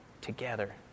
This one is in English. together